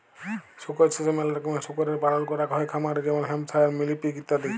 শুকর চাষে ম্যালা রকমের শুকরের পালল ক্যরাক হ্যয় খামারে যেমল হ্যাম্পশায়ার, মিলি পিগ ইত্যাদি